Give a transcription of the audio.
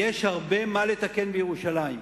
יש הרבה מה לתקן בירושלים,